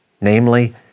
namely